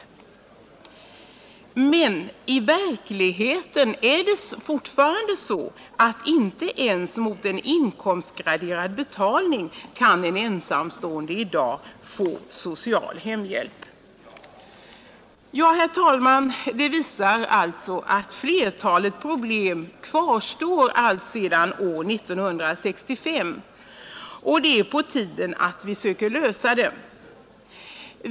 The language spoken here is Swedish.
— I verkligheten är det emellertid fortfarande på det sättet att en ensamstående inte ens mot inkomstgraderad betalning i dag kan få social hemhjälp. Herr talman! Det som jag anfört visar att flertalet problem kvarstår allt sedan år 1965, och det är på tiden att vi söker lösa dem.